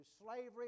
slavery